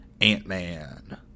Ant-Man